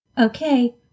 Okay